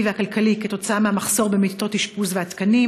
והכלכלי כתוצאה מהמחסור במיטות אשפוז ובתקנים?